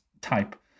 type